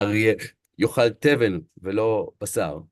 אריה יאכל תבן ולא בשר.